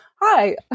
hi